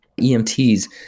EMTs